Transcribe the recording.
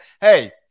hey